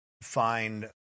find